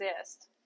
exist